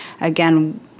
Again